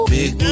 Big